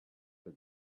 for